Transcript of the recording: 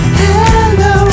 hello